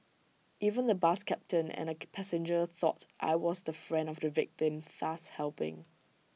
even the bus captain and A passenger thought I was the friend of the victim thus helping